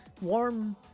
warm